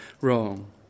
wrong